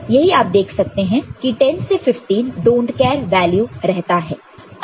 तो यही आप देख सकते हैं कि10 से 15 डोंट केयर वैल्यू रहता है